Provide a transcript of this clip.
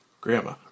Grandma